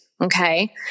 Okay